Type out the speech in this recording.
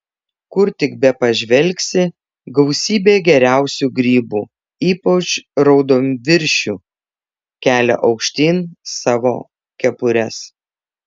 kur tik bepažvelgsi gausybė geriausių grybų ypač raudonviršių kelia aukštyn savo kepures